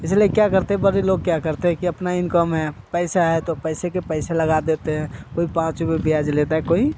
इसलिए क्या करते हैं बड़े लोग क्या करते हैं कि अपना इनकम है पैसा है तो पैसे के पैसा लगा देते हैं कोई पाँच रुपये ब्याज लेता है कोई